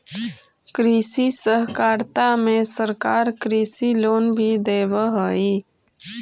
कृषि सहकारिता में सरकार कृषि लोन भी देब हई